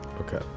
Okay